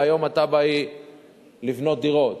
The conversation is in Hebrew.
והיום התב"ע היא לבנות דירות.